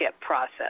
process